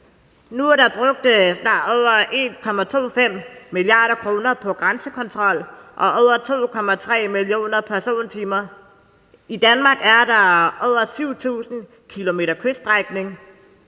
Nu er der brugt over 1,25 mia. kr. på grænsekontrol og over 2,3 millioner persontimer. I Danmark er der over 7.000 km kyststrækning,